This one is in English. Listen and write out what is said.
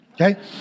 okay